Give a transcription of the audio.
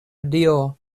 dio